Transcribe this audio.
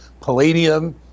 palladium